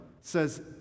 says